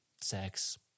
sex